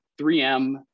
3M